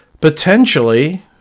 potentially